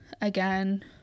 Again